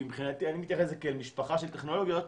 כי אני מתייחס לזה כאל משפחה של טכנולוגיות,